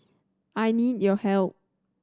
I need your help